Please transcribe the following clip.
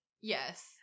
Yes